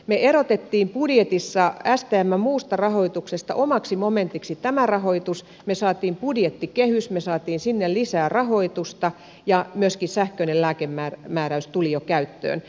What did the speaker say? me erotimme budjetissa stmn muusta rahoituksesta omaksi momentiksi tämän rahoituksen me saimme budjettikehyksen me saimme sinne lisää rahoitusta ja myöskin sähköinen lääkemääräys tuli jo käyttöön